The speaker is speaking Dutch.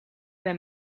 ben